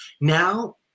now